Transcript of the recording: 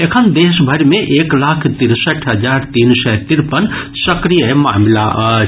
एखन देशभरि मे एक लाख तिरसठि हजार तीन सय तिरपन सक्रिय मामिला अछि